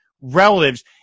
relatives